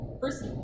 First